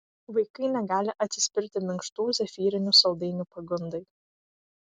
vaikai negali atsispirti minkštų zefyrinių saldainių pagundai